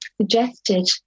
suggested